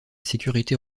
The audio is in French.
sécurité